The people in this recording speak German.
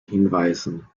hinweisen